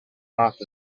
off